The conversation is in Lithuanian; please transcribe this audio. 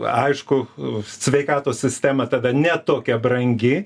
aišku sveikatos sistema tada ne tokia brangi